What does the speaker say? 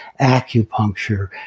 acupuncture